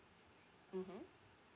mmhmm